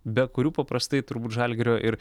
be kurių paprastai turbūt žalgirio ir